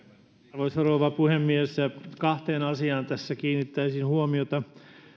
arvoisa rouva puhemies kahteen asiaan tässä kiinnittäisin huomiota